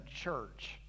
church